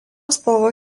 spalva